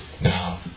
Now